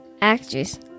actress